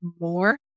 more